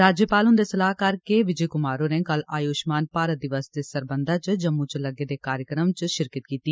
राज्यपाल हुंदे सलाहकार के विजय कुमार होरें कल आयुष्मान भारत दिवस दे सरबंधें च जम्मू च लग्गे दे कार्यक्रम च शिरकत कीती